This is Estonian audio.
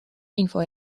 info